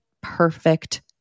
perfect